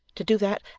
to do that,